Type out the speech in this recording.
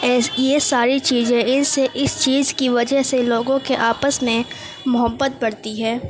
یہ ساری چیزیں اس سے اس چیز کی وجہ سے لوگوں کے آپس میں محبت بڑھتی ہے